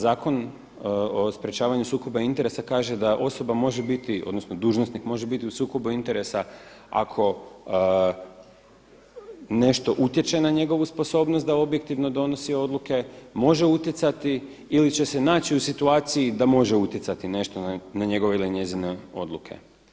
Zakon o sprječavanju sukoba interesa kaže da osoba može biti, odnosno dužnosnik može biti u sukobu interesa ako nešto utječe na njegovu sposobnost da objektivno donosi odluke, može utjecati ili će se naći u situaciji da može utjecati nešto na njegove ili njezine odluke.